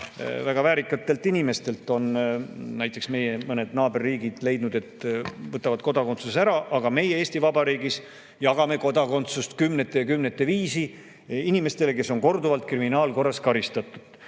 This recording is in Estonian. Väga väärikate inimeste puhul on mõned meie naaberriigid leidnud, et võtavad kodakondsuse ära. Aga meie Eesti Vabariigis jagame kodakondsuseid kümnete ja kümnete viisi inimestele, kes on korduvalt kriminaalkorras karistatud.